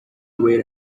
wait